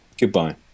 goodbye